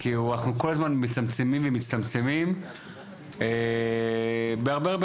כי אנחנו מצמצמים ומצטמצמים בהרבה הרבה